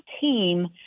team